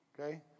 okay